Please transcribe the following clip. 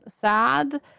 sad